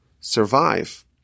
survive